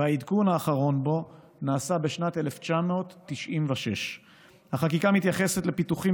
והעדכון האחרון בו נעשה בשנת 1996. החקיקה המתייחסת לפיתוחים